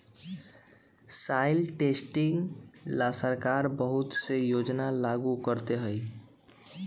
soil testing ला सरकार बहुत से योजना लागू करते हई